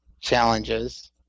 challenges